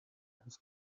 his